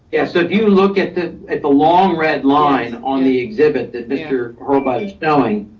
yeah, so if you look at the at the long red line on the exhibit that mr. horrible spelling,